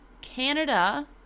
Canada